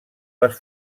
les